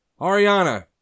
Ariana